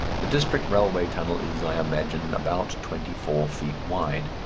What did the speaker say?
the district railway tunnel is, i imagine, about twenty-four feet wide.